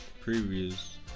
previous